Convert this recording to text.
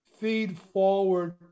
feed-forward